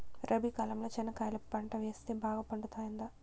రబి కాలంలో చెనక్కాయలు పంట వేస్తే బాగా పండుతుందా?